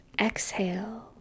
exhale